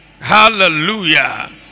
Hallelujah